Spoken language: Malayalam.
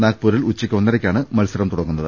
നാഗ്പൂരിൽ ഉച്ചക്ക് ഒന്നരക്കാണ് മത്സരം തുടങ്ങുന്നത്